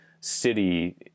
city